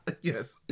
Yes